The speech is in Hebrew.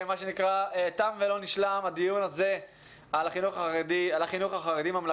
תם ולא נשלם הדיון על החינוך החרדי ממלכתי.